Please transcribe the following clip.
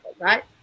right